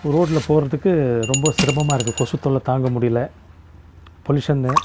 ரோட்டில போகறதுக்கு ரொம்ப சிரமமாக இருக்கு கொசு தொல்லை தாங்க முடியல பொல்யூஷன்னு